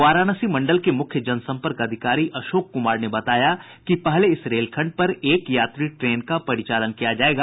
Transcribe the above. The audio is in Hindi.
वाराणसी मंडल के मुख्य जनसंपर्क अधिकारी अशोक कुमार ने बताया कि पहले इस रेलखंड पर एक यात्री ट्रेन का परिचालन किया जायेगा